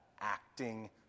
acting